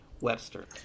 Webster